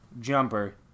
Jumper